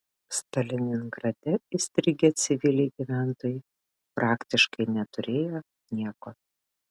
stalingrade įstrigę civiliai gyventojai praktiškai neturėjo nieko